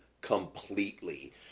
completely